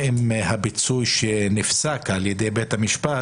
הפיצוי שנפסק על ידי בית המשפט